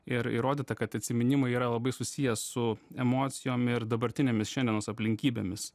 ir įrodyta kad atsiminimai yra labai susiję su emocijom ir dabartinėmis šiandienos aplinkybėmis